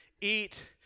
eat